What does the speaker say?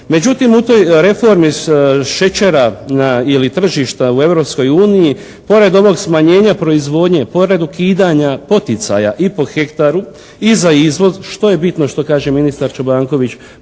Međutim, u toj reformi šećera ili tržišta u Europskoj uniji pored ovog smanjenja proizvodnje, pored ukidanja poticaja i po hektaru i za izvoz što je bitno što kaže ministar Čobanković